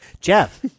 Jeff